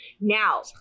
Now